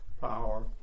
power